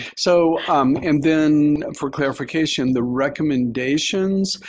so and then for clarification, the recommendations,